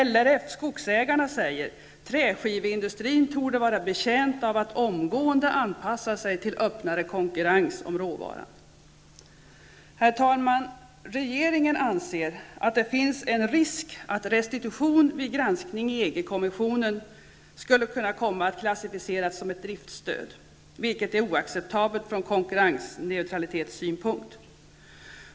LRF/Skogsägarna säger: ''Träskiveindustrin torde vara betjänt av att omgående anpassa sig till en öppnare konkurrens om råvaran.'' Herr talman! Regeringen anser att det finns en risk att restitution vid en granskning i EG kommissionen skulle kunna komma att klassificeras som ett driftsstöd, vilket är oacceptabelt från konkurrensneutralitetssynpunkt.